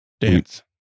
dance